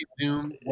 Zoom